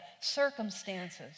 circumstances